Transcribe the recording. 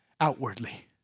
outwardly